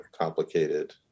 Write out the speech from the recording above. complicated